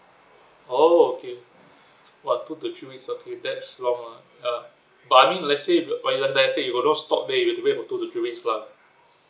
oh okay !wah! two to three weeks okay that's long lah uh but I mean let's say but when you let's say you got no stock then you got to wait two to three weeks lah